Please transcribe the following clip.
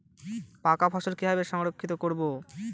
পাকা ফসল কিভাবে সংরক্ষিত করব?